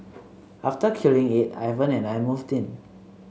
after killing it Ivan and I moved in